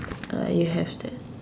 uh you have that